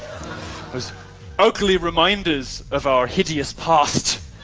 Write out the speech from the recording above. as ugly reminders of our hideous past,